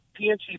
PNC